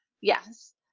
Yes